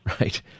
right